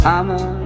I'ma